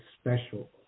special